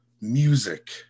music